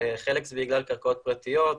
חלק זה בגלל קרקעות פרטיות,